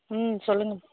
ம் சொல்லுங்கள்